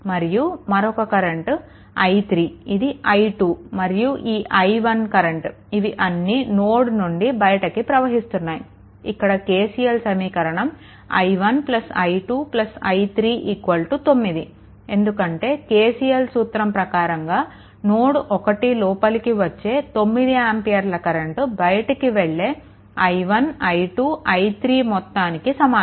మరియు మరొక current i3 ఇది i2 మరియు ఈ i1 కరెంట్ ఇవి అన్నీ నోడ్ నుండి బయటికి ప్రవహిస్తున్నాయి కాబట్టి KCL సమీకరణం i1 i2 i3 9 ఎందుకంటే KCL సూత్రం ప్రకారంగా నోడ్1 లోపలికి వచ్చే 9 ఆంపియర్ల కరెంట్ బయటికి వెళ్ళే i1 i2 i3 మొత్తానికి సమానం